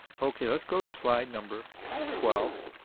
okay. let's go to slide number twelve.